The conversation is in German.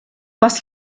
was